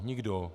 Nikdo.